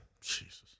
Jesus